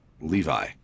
Levi